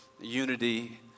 unity